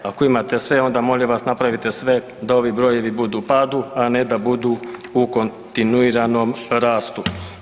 Ako imate sve onda molim vas napravite sve da ovi brojevi budu u padu, a ne da budu u kontinuiranom rastu.